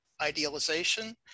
idealization